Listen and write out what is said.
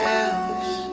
else